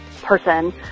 person